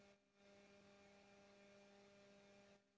लकड़ी पेड़ से प्राप्त करल जाला